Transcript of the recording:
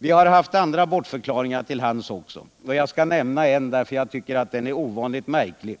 Vi har också haft andra bortförklaringar till hands — jag skall nämna en, eftersom jag tycker att den är ovanligt märklig: